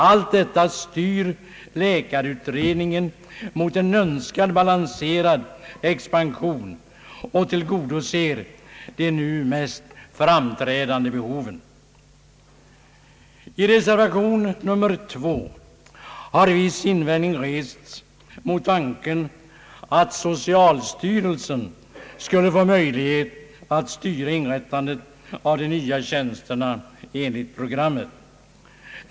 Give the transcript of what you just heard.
Allt detta styr läkarutredningen mot en önskad balanserad expansion och tillgodoser de nu mest framträdande behoven. I reservation nr 2 har viss invändning rests mot tanken att socialstyrelsen skulle få möjlighet att styra inrättandet av de nya tjänsterna enligt programmet.